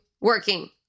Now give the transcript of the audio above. working